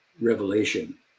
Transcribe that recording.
revelation